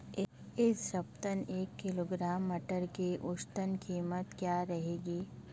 इस सप्ताह एक किलोग्राम मटर की औसतन कीमत क्या रहेगी?